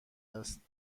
است